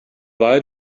why